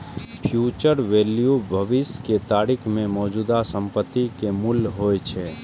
future value भविष्य के तारीख मे मौजूदा संपत्ति के मूल्य होइ छै